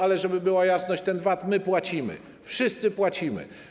Ale żeby była jasność, ten VAT my płacimy, wszyscy płacimy.